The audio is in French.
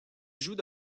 joue